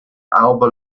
alba